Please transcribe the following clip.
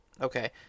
Okay